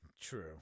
True